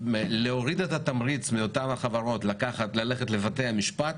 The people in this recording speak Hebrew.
להוריד את התמריץ מאותן החברות ללכת לבתי המשפט,